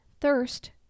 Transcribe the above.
thirst